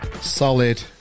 solid